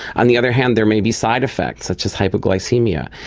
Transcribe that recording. on the other hand there may be side-effects such as hypoglycaemia.